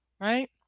right